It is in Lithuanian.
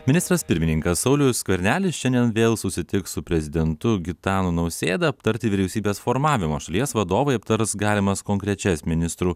ministras pirmininkas saulius skvernelis šiandien vėl susitiks su prezidentu gitanu nausėda aptarti vyriausybės formavimo šalies vadovai aptars galimas konkrečias ministrų